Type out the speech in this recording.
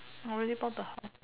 already bought the house